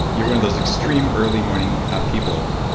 you're one of those extreme early morning people.